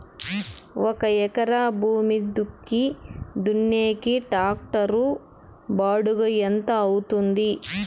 ఒక ఎకరా భూమి దుక్కి దున్నేకి టాక్టర్ బాడుగ ఎంత అవుతుంది?